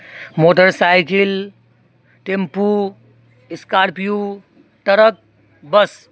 motor cycle tempo scorpio truck bus